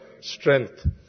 strength